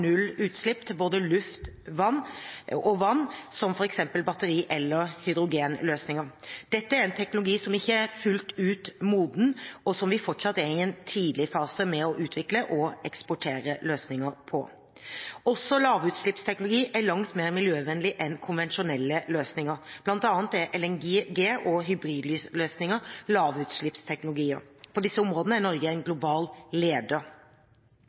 null utslipp til både luft og vann, som f.eks. batteri- eller hydrogenløsninger. Dette er en teknologi som ikke er fullt ut moden, og som vi fortsatt er i en tidlig fase med å utvikle og eksportere løsninger for. Også lavutslippsteknologi er langt mer miljøvennlig enn konvensjonelle løsninger, bl.a. er LNG og hybridløsninger lavutslippsteknologier. På disse områdene er Norge en global leder.